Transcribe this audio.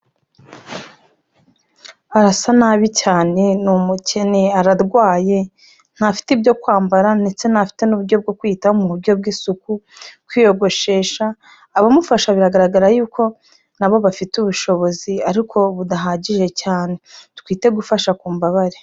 Arasa nabi cyane, ni umukene, ararwaye, ntafite ibyo kwambara ndetse ntafite n'uburyo bwo kwita mu buryo bw'isuku, kwiyogoshesha, abamufasha biragaragara yuko nabo bafite ubushobozi ariko budahagije cyane. Twite gufasha ku mbabare.